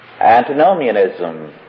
Antinomianism